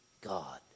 God